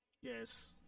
Yes